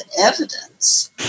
evidence